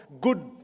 good